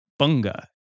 Bunga